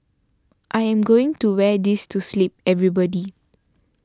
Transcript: I am going to wear this to sleep everybody